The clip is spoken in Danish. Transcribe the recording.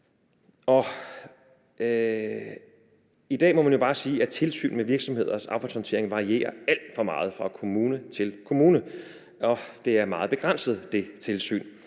I dag må man jo bare sige, at tilsynet med virksomheders affaldshåndtering varierer alt for meget fra kommune til kommune, og at det tilsyn er meget begrænset. Derfor